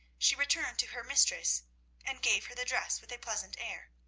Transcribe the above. she returned to her mistress and gave her the dress with a pleasant air.